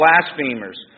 Blasphemers